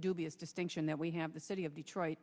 dubious distinction that we have the city of detroit